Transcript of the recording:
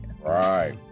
right